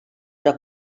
però